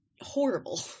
horrible